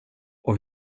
och